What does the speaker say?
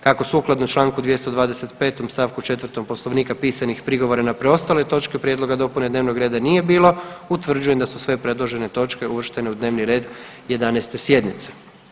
Kako sukladno članku 225. stavku 4. Poslovnika pisanih prigovora na preostale točke prijedloga dopune dnevnog reda nije bilo utvrđujem da su sve predložene točke uvrštene u dnevni red 11. sjednice.